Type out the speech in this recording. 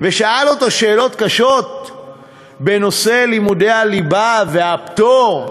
ושאל אותו שאלות קשות בנושא לימודי הליבה, והפטור,